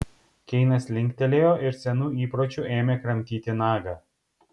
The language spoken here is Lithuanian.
keinas linktelėjo ir senu įpročiu ėmė kramtyti nagą